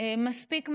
מספיק משאבים,